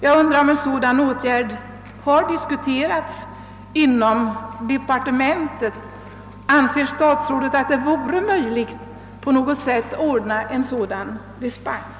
Jag undrar om en sådan åtgärd har diskuterats inom departementet. Anser statsrådet att det vore möjligt att bevilja sådan dispens?